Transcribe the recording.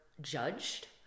judged